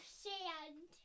sand